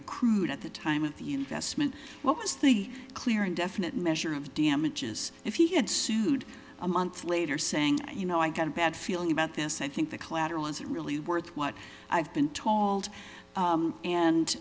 accrued at the time of the investment well as the clear and definite measure of damages if he had sued a month later saying you know i got a bad feeling about this i think the collateral is really worth what i've been told